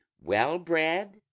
well-bred